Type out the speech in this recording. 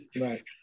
Right